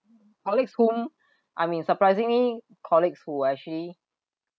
colleagues whom I mean surprisingly colleagues who are actually